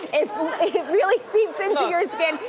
it really seeps into your skin.